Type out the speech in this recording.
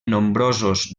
nombrosos